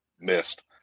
missed